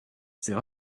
c’est